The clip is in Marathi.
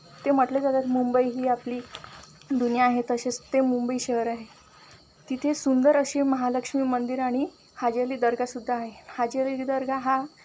ते म्हटले जातात मुंबई ही आपली दुनिया आहे तसेच ते मुंबई शहर आहे तिथे सुंदर असे महालक्ष्मी मंदिर आणि हाजी अली दर्गासुद्धा आहे हाजी अली दर्गा हा